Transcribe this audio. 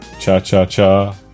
Cha-cha-cha